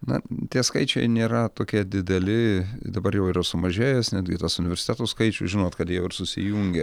na tie skaičiai nėra tokie dideli dabar jau yra sumažėjęs netgi tas universitetų skaičius žinot kad jau ir susijungė